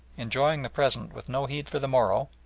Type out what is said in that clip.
enjoying the present with no heed for the morrow,